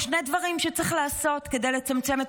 יש שני דברים שצריך לעשות כדי לצמצם את